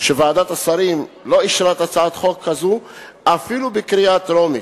מכך שוועדת השרים לא אישרה את הצעת החוק הזאת אפילו בקריאה טרומית.